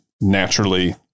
naturally